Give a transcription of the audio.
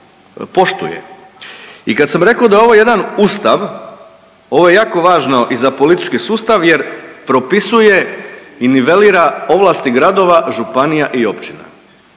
I kad sam rekao da je ovo jedan ustav ovo je jako važno i za politički sustav jer propisuje i nivelira ovlasti gradova, županija i općina.